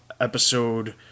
episode